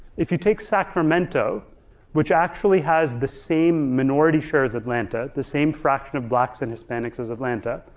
if you take sacramento which actually has the same minority share as atlanta, the same fraction of blacks and hispanics as atlanta,